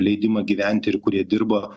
leidimą gyventi ir kurie dirba